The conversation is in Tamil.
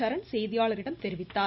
சரண் செய்தியாளர்களிடம் தெரிவித்தார்